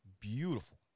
beautiful